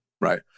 right